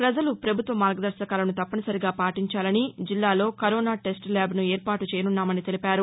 ప్రజలు ప్రభుత్వ మార్గదర్భకాలను తప్పనిసరిగా పాటించాలని జిల్లాలో కరోనా టెస్ట్ ల్యాబ్ ను ఏర్పాటు చేయనున్నామని తెలిపారు